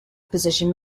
position